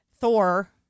Thor